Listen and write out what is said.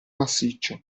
massiccio